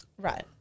Right